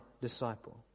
disciple